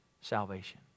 salvation